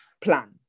plan